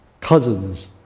cousins